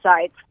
sides